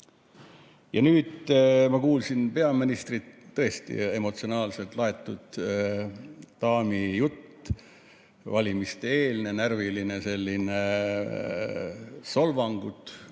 Ja nüüd ma kuulasin peaministrit – tõesti emotsionaalselt laetud daami jutt, valimiste-eelne, närviline selline, solvangud